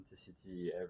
authenticity